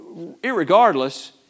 Irregardless